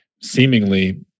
seemingly